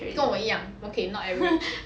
跟我一样 okay not average